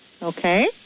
Okay